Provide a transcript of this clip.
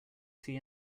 see